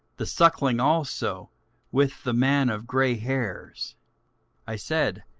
the suckling also with the man of gray hairs i said,